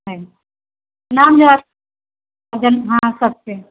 नाम जोराबै हँ सबके